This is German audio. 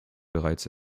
bereits